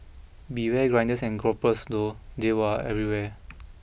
beware grinders and gropers though they were everywhere